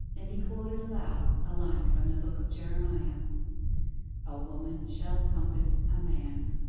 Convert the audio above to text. and he quoted aloud a line from the book of jeremiah a woman shall compass a man